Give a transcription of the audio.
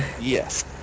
Yes